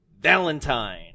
valentine